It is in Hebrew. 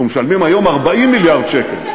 אנחנו משלמים היום 40 מיליארד שקל,